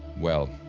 well,